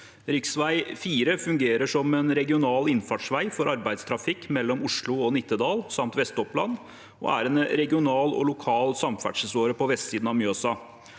Riksvei 4 fungerer som en regional innfartsvei for arbeidstrafikk mellom Oslo og Nittedal samt Vest-Oppland og er en regional og lokal samferdselsåre på vestsiden av Mjøsa.